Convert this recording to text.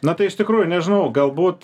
na tai iš tikrųjų nežinau galbūt